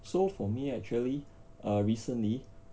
so for me actually err recently